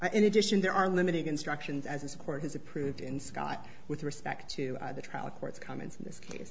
in addition there are limited instructions as his court has approved in scott with respect to the trial court's comments in this case